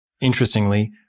Interestingly